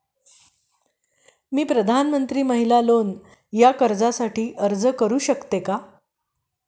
मी प्रधानमंत्री महिला लोन या कर्जासाठी अर्ज करू शकतो का?